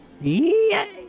Yay